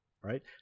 right